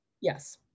Yes